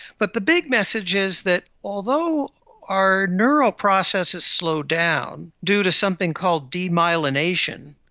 but the big message is that although our neural processes slow down due to something called demyelination,